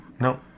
no